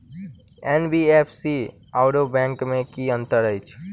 NBFC आओर bank मे की अंतर अछि?